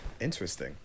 Interesting